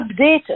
updated